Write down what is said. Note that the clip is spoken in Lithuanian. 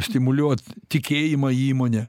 stimuliuot tikėjimą įmone